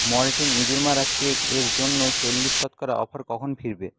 Mortein ইঁদুর মারা cake এর জন্য চল্লিশ শতকরা অফার কখন ফিরবে